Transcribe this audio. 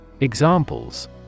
Examples